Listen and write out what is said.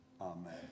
Amen